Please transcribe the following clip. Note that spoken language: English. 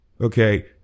Okay